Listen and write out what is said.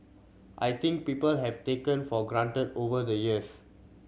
I think people have taken for granted over the years